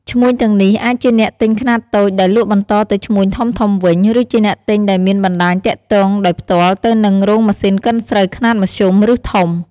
ឈ្មួញទាំងនេះអាចជាអ្នកទិញខ្នាតតូចដែលលក់បន្តទៅឈ្មួញធំៗវិញ ឬជាអ្នកទិញដែលមានបណ្តាញទាក់ទងដោយផ្ទាល់ទៅនឹងរោងម៉ាស៊ីនកិនស្រូវខ្នាតមធ្យម ឬធំ។